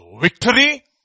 victory